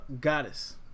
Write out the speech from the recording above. Goddess